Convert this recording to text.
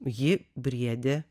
ji briedė